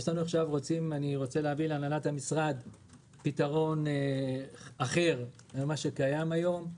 אני רוצה להביא להנהלת המשרד פתרון אחר ממה שקיים היום.